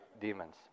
demons